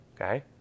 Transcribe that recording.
okay